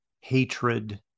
hatred